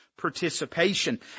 participation